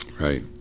Right